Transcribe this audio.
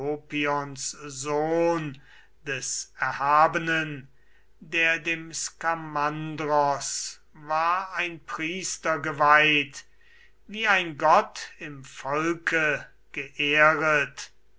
sohn des erhabenen der dem skamandros war ein priester geweiht wie ein gott im volke geehret